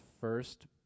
first